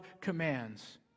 commands